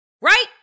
Right